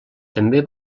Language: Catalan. també